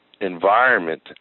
environment